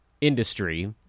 industry